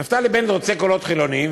נפתלי בנט רוצה קולות חילוניים,